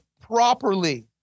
properly